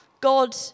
God